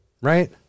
Right